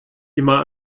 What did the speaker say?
immer